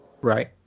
Right